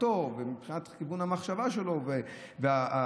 ובשפתו ומבחינת כיוון המחשבה שלו וההחלטה